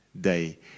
day